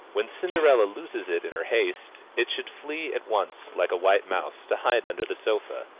when cinderella loses it in her haste, it should flee at once like a white mouse, to hide under the sofa.